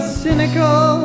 cynical